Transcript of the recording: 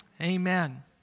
amen